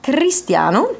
Cristiano